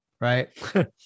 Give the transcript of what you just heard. right